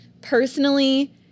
Personally